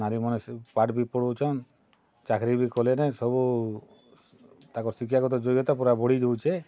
ନାରୀ ମାନେ ସେ ପାଠ୍ ବି ପଢ଼ୁଛନ୍ ଚାକିରି ବି କଲେନେଁ ସବୁ ତାକଁର୍ ଶିକ୍ଷାଗତ ଯୋଗ୍ୟତା ପୂରା ବଢ଼ିଯାଉଛେ